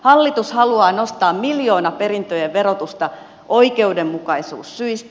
hallitus haluaa nostaa miljoonaperintöjen verotusta oikeudenmukaisuussyistä